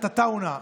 עטאונה,